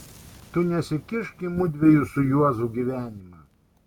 tu nesikišk į mudviejų su juozu gyvenimą